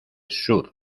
sur